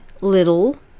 little